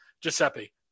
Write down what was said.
Giuseppe